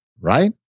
right